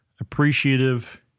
appreciative